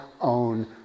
own